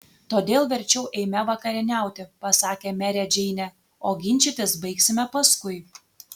todėl verčiau eime vakarieniauti pasakė merė džeinė o ginčytis baigsime paskui